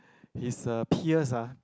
his uh peers ah